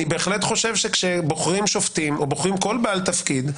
אני בהחלט חושב שכשבוחרים שופטים או בוחרים כל בעל תפקיד,